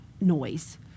noise